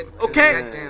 Okay